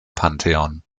pantheon